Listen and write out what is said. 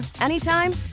anytime